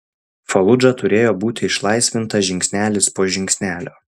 faludža turėjo būti išlaisvinta žingsnelis po žingsnelio